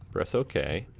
press okay,